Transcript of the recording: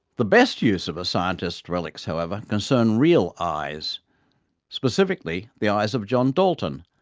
the best use of a scientist's relics, however, concerns real eyes specifically, the eyes of john dalton,